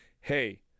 hey